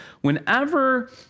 whenever